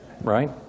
Right